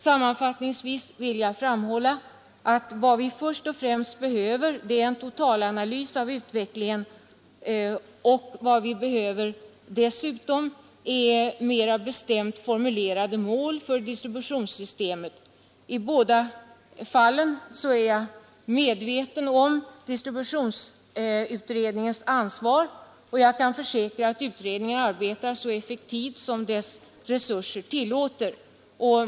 Sammanfattningsvis vill jag framhålla att vad vi först och främst behöver är en totalanalys av utvecklingen. Vad vi dessutom behöver är ett bestämt formulerat mål för distributionssystemet. I båda fallen är jag medveten om distributionsutredningens ansvar, och jag kan försäkra att utredningen arbetar så effektivt som dess resurser tillåter.